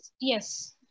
Yes